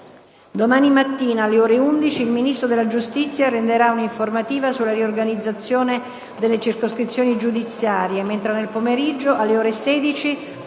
Domani mattina, alle ore 11, il Ministro della giustizia renderà un'informativa sulla riorganizzazione delle circoscrizioni giudiziarie, mentre nel pomeriggio, alle ore 16,